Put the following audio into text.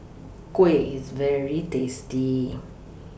Kuih IS very tasty